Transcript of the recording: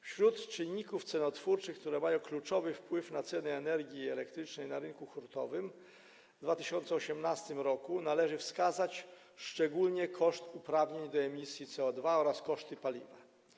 Wśród czynników cenotwórczych, które mają kluczowy wpływ na ceny energii elektrycznej na rynku hurtowym w 2018 r., należy wskazać szczególnie koszt uprawnień do emisji CO2 oraz koszty paliwa.